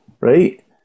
right